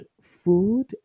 food